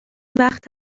وقت